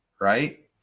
Right